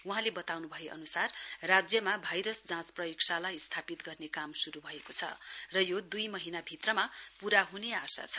वहाँले वताउनु भए अनुसार राज्यमा भाइरस जाँच प्रयोगशाला स्थापित गर्ने काम शुरु भएको छ र यो दुई महीना भित्रमा पूरा हुने आशा छ